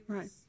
Right